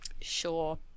sure